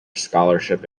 scholarship